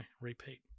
Repeat